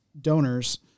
donors